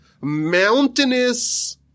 mountainous